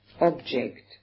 object